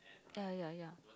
ya ya ya